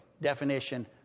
Definition